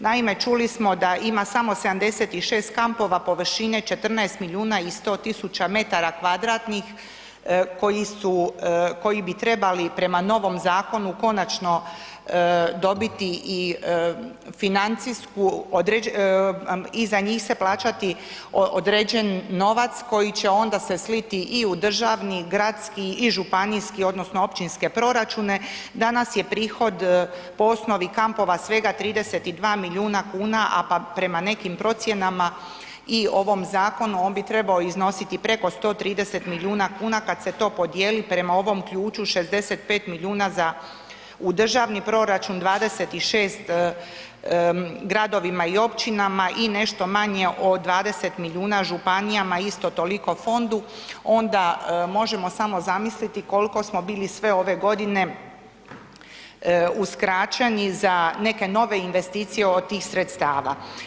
Naime, čuli smo da ima samo 76 kampova površine 14 milijuna i 100 000 m2 koji su, koji bi trebali prema novom zakonu konačno dobiti i financijsku, i za njih se plaćati određen novac koji će onda se sliti i u državni, gradski i županijski odnosno općinske proračune, danas je prihod po osnovi kampova svega 32 milijuna kuna, a prema nekim procjenama i ovom zakonu on bi trebao iznositi preko 130 milijuna kuna, kad se to podijeli prema ovom ključu 65 milijuna za, u državni proračun, 26 gradovima i općinama i nešto manje od 20 milijuna županijama, isto toliko fondu, onda možemo samo zamisliti kolko smo bili sve ove godine uskraćeni za neke nove investicije od tih sredstava.